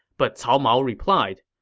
but cao mao replied,